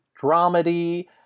dramedy